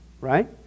right